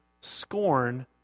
scorn